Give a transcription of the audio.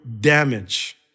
damage